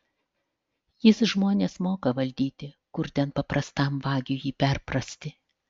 jis žmones moka valdyti kur ten paprastam vagiui jį perprasti